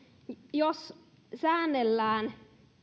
jos säännellään